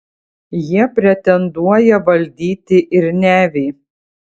jie pretenduoja valdyti ir nevį